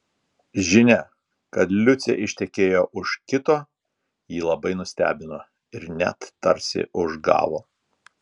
žinia kad liucė ištekėjo už kito jį labai nustebino ir net tarsi užgavo